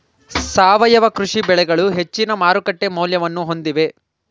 ಸಾವಯವ ಕೃಷಿ ಬೆಳೆಗಳು ಹೆಚ್ಚಿನ ಮಾರುಕಟ್ಟೆ ಮೌಲ್ಯವನ್ನು ಹೊಂದಿವೆ